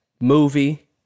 movie